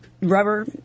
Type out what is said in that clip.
rubber